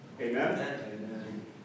Amen